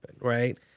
right